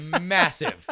massive